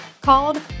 called